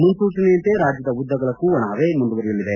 ಮುನ್ನೂಚನೆಯಂತೆ ರಾಜ್ಯದ ಉದ್ದಗಲಕ್ಕೂ ಒಣಹವೆ ಮುಂದುವರೆಯಲಿದೆ